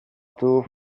two